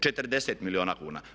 40 milijuna kuna.